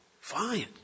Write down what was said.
Fine